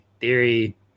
Theory